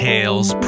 Tales